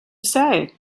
say